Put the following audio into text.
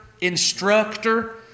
instructor